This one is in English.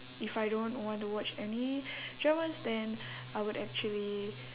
if I don't want to watch any dramas then I would actually